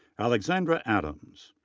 alexandra adams.